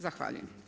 Zahvaljujem.